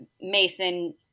Mason